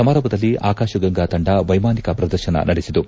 ಸಮಾರಂಭದಲ್ಲಿ ಆಕಾಶಗಂಗಾ ತಂಡ ವೈಮಾನಿಕ ಪ್ರದರ್ಶನ ನಡೆಸಿತು